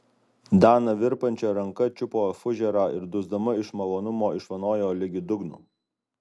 dana virpančia ranka čiupo fužerą ir dusdama iš malonumo išvanojo ligi dugno